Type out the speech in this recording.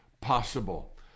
possible